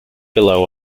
below